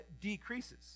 decreases